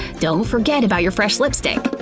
don't forget about your fresh lipstick!